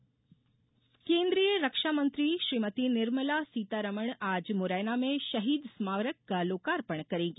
रक्षामंत्री दौरा केन्द्रीय रक्षामंत्री श्रीमती निर्मला सीतारमण आज मुरैना में शहीद स्मारक का लोकार्पण करेंगी